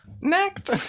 Next